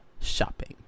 shopping